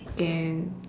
can